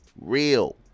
real